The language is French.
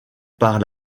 par